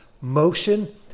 motion